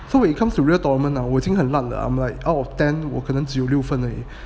so when it comes to real tournament ah 我已经很烂了 like out of ten 我可能只有六分而已